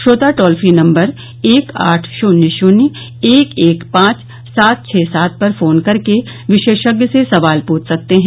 श्रोता toll free number एक आठ शून्य शून्य एक एक पांच सात छः सात पर फोन करके विशेषज्ञ से सवाल पूछ सकते हैं